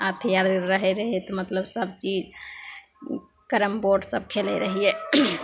अथी आओर रहै रहै तऽ मतलब सबचीज कैरम बोर्ड सब खेलै रहिए